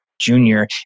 Junior